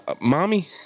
mommy